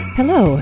Hello